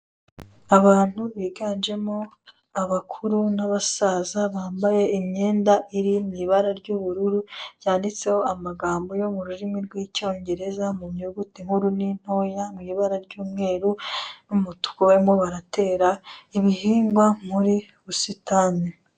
Abantu biganjemo abakuru n'abasaza bambaye imyenda iri mu ibara ry'ubururu, ryanditseho amagambo yo mu rurimi rw'Icyongereza mu nyuguti nkuru n'intoya, mu ibara ry'umweru, n'umutuku barimo baratera ibihingwa muri busitani.